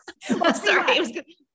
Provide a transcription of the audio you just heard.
Sorry